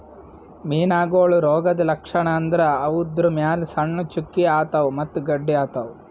ಮೀನಾಗೋಳ್ ರೋಗದ್ ಲಕ್ಷಣ್ ಅಂದ್ರ ಅವುದ್ರ್ ಮ್ಯಾಲ್ ಸಣ್ಣ್ ಚುಕ್ಕಿ ಆತವ್ ಮತ್ತ್ ಗಡ್ಡಿ ಆತವ್